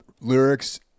lyrics